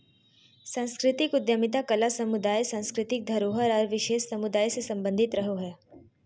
सांस्कृतिक उद्यमिता कला समुदाय, सांस्कृतिक धरोहर आर विशेष समुदाय से सम्बंधित रहो हय